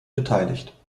beteiligt